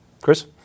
Chris